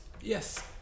Yes